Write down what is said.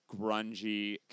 grungy